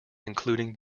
including